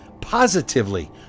positively